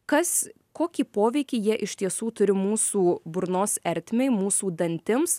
kas kokį poveikį jie iš tiesų turi mūsų burnos ertmei mūsų dantims